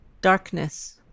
darkness